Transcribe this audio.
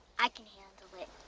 i can handle it.